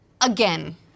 Again